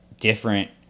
different